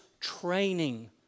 training